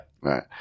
Right